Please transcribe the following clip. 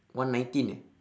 one nineteen eh